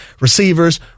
receivers